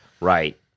Right